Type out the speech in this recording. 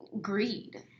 greed